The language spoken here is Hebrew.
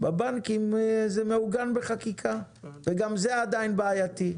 בבנקים זה מעוגן בחקיקה, וגם זה עדיין בעייתי,